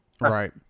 Right